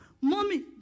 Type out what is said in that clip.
Mommy